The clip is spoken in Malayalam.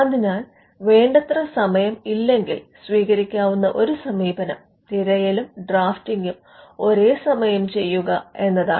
അതിനാൽ വേണ്ടത്ര സമയമില്ലെങ്കിൽ സ്വീകരിക്കാവുന്ന ഒരു സമീപനം തിരയലും ഡ്രാഫ്റ്റിംഗും ഒരേസമയം ചെയ്യുക എന്നതാണ്